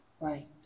Right